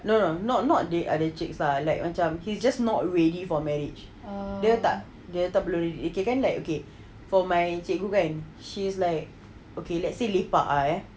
no no not not the other chicks lah like macam he's just not ready for marriage dia tak dia tak belum fikir kan lah okay for my cikgu kan she's like okay let's say lepak ah ya